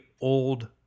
old